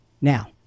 Now